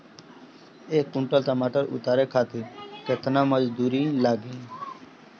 एक कुंटल टमाटर उतारे खातिर केतना मजदूरी लागी?